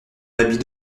habit